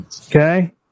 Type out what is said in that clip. Okay